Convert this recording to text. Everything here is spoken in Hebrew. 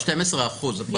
12% בטוטאל.